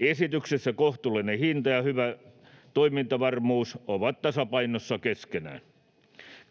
Esityksessä kohtuullinen hinta ja hyvä toimintavarmuus ovat tasapainossa keskenään.